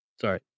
sorry